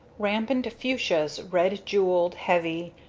rampant fuchsias, red-jewelled, heavy,